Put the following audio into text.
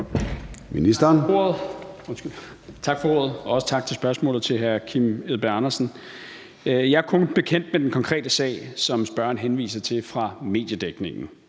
Tak for ordet, og også tak for spørgsmålet til hr. Kim Edberg Andersen. Jeg er kun bekendt med den konkrete sag, som spørgeren henviser til, fra mediedækningen.